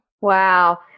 Wow